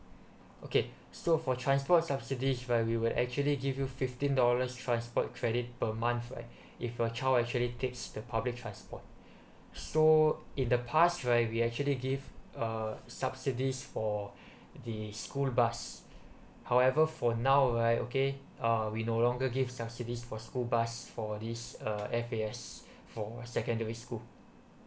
okay so for transport subsidies right we will actually give you fifteen dollars transport credit per month right if your child actually takes the public transport so in the past right we actually give uh subsidies for the school bus however for now right okay uh we no longer give subsidies for school bus for this uh F_A_S for secondary school